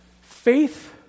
Faith